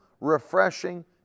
refreshing